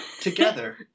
Together